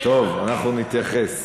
טוב, אז אנחנו נתייחס.